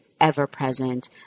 ever-present